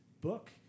book